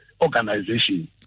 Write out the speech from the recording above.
organization